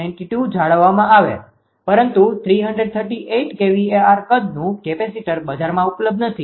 92 જાળવવામાં આવે પરંતુ 338kVAr કદનુ કેપેસીટર બજારમાં ઉપલબ્ધ નથી